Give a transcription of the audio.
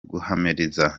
guhamiriza